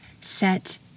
set